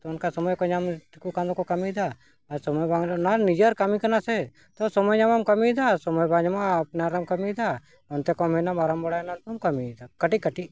ᱛᱚ ᱚᱱᱠᱟ ᱥᱚᱢᱚᱭ ᱠᱚ ᱧᱟᱢ ᱛᱟᱠᱚ ᱠᱷᱟᱱ ᱫᱚᱠᱚ ᱠᱟᱹᱢᱤᱭᱮᱫᱟ ᱟᱨ ᱥᱚᱢᱚᱭ ᱵᱟᱝ ᱚᱱᱟ ᱱᱤᱡᱮᱨ ᱠᱟᱹᱢᱤ ᱠᱟᱱᱟ ᱥᱮ ᱛᱚ ᱥᱚᱢᱚᱭ ᱧᱟᱢᱮᱢ ᱠᱟᱹᱢᱤᱭᱮᱫᱟ ᱥᱚᱢᱚᱭ ᱵᱟᱝ ᱧᱟᱢᱚᱜᱼᱟ ᱟᱯᱱᱟᱨᱢ ᱠᱟᱹᱢᱤᱭᱮᱫᱟ ᱚᱱᱛᱮ ᱠᱚ ᱮᱢᱮᱱᱟ ᱢᱟᱨᱟᱝ ᱵᱟᱲᱟᱭᱱᱟᱢ ᱠᱟᱹᱢᱤᱭᱮᱫᱟ ᱠᱟᱹᱴᱤᱡ ᱠᱟᱹᱴᱤᱡ